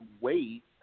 wait